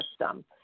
system